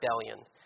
rebellion